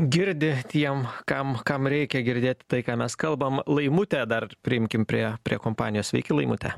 girdi tiem kam kam reikia girdėti tai ką mes kalbam laimutę dar priimkim prie prie kompanijos sveiki laimute